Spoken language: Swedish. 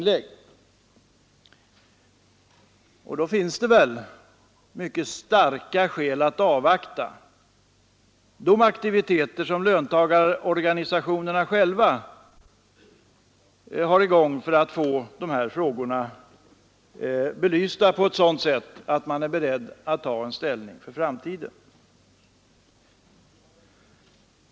Det finns därför mycket starka skäl att avvakta de aktiviteter som löntagarorganisationerna själva har i gång för att få dessa frågor belysta på ett sådant sätt att de är beredda att ta ställning för framtiden.